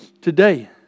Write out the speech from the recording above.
Today